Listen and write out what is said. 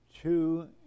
two